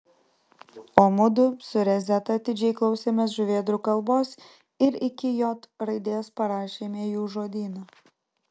o mudu su rezeta atidžiai klausėmės žuvėdrų kalbos ir iki j raidės parašėme jų žodyną